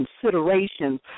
considerations